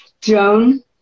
Joan